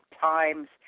times